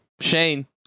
Shane